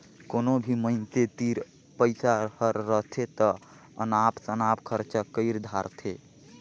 कोनो भी मइनसे तीर पइसा हर रहथे ता अनाप सनाप खरचा कइर धारथें